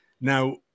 Now